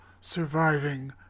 surviving